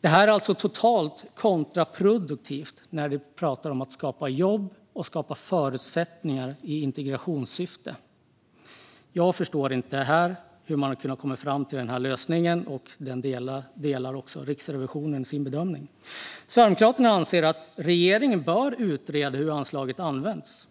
Detta är alltså totalt kontraproduktivt när det gäller att skapa jobb och förutsättningar i integrationssyfte. Jag förstår inte hur man har kunnat komma fram till den här lösningen. Vi delar Riksrevisionens bedömning. Sverigedemokraterna anser att regeringen bör utreda hur anslaget används,